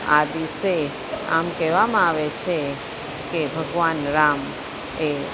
આ દિવસે આમ કહેવામાં આવે છે કે ભગવાન રામ એ